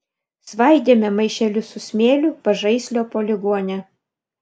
svaidėme maišelius su smėliu pažaislio poligone